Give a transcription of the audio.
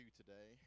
today